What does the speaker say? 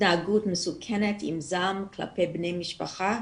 התנהגות מסוכנת עם זעם כלפי בני המשפחה.